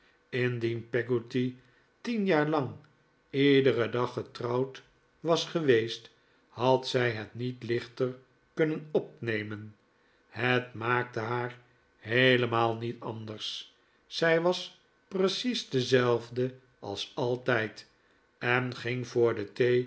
indien peggotty tien jaar lang iederen dag getrouwd was geweest had zij het niet lichter kunnen opnemen het maakte haar heelemaal niet anders zij was precies dezelfde als altijd en ging voor de